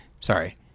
Sorry